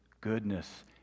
goodness